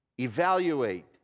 Evaluate